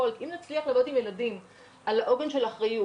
לקראת ל"ג בעומר,